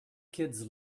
kids